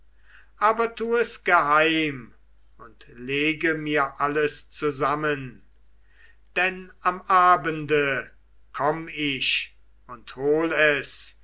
aber tu es geheim und lege mir alles zusammen denn am abende komm ich und hol es